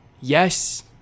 Yes